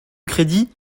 crédit